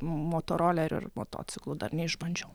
motorolerių ir motociklų dar neišbandžiau